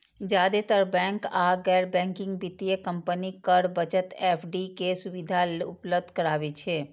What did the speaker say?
जादेतर बैंक आ गैर बैंकिंग वित्तीय कंपनी कर बचत एफ.डी के सुविधा उपलब्ध कराबै छै